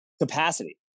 capacity